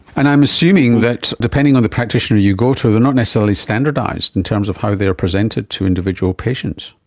and i'm assuming that, depending on the practitioner you go to, they are not necessarily standardised in terms of how they are presented to individual patients.